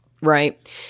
right